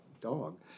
Dog